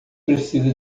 precisa